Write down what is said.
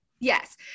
Yes